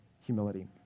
humility